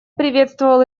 приветствовал